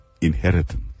inheritance